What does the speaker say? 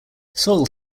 soil